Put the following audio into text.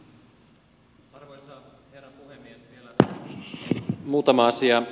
vielä muutama asia